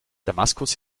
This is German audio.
damaskus